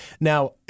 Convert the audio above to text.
Now